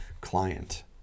client